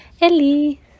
Ellie